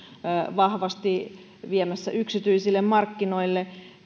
vahvasti viemässä yksityisille markkinoille